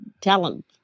talent